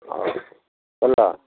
ଆଉ ହେଲା